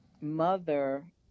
mother